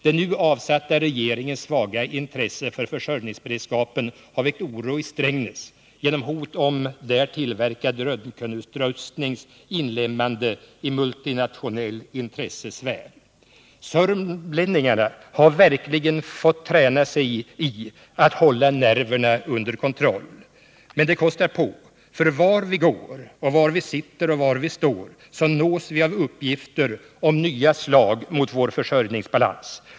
Den nu avsuttna regeringens svaga intresse för försörjningsberedskapen har väckt oro i Strängnäs genom hot om där tillverkad röntgenutrustnings inlemmande i multinationell intressesfär. Sörmlänningarna har verkligen fått träning i att hålla nerverna under Nr 22 kontroll. Men det kostar på, för vart vi går och var vi sitter och var vi står, så nås vi av uppgifter om nya slag mot vår försörjningsbas.